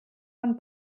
von